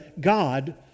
God